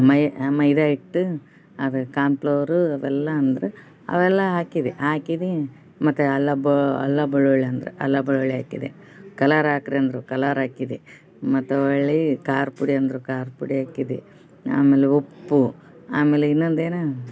ಮೈ ಮೈದಾ ಹಿಟ್ಟು ಅದು ಕಾನ್ಪ್ಲೋರು ಅವೆಲ್ಲ ಅಂದ್ರು ಅವೆಲ್ಲ ಹಾಕಿದೆ ಹಾಕಿದಿ ಮತ್ತು ಅಲ್ಲ ಬ ಅಲ್ಲ ಬೆಳ್ಳುಳ್ಳಿ ಅಂದ್ರು ಅಲ್ಲ ಬೆಳ್ಳುಳ್ಳಿ ಹಾಕಿದೆ ಕಲರ್ ಹಾಕ್ರಿ ಅಂದರು ಕಲರ್ ಹಾಕಿದೆ ಮತ್ತು ಹೊಳ್ಳಿ ಖಾರ ಪುಡಿ ಅಂದ್ರು ಖಾರ ಪುಡಿ ಹಾಕಿದೆ ಆಮೇಲೆ ಉಪ್ಪು ಆಮೇಲೆ ಇನ್ನೊಂದೇನೋ